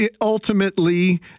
ultimately